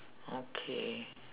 okay